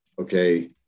okay